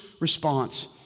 response